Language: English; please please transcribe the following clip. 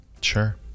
Sure